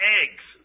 eggs